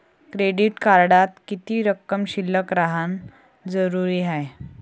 Credit कार्डात किती रक्कम शिल्लक राहानं जरुरी हाय?